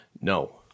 no